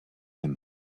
him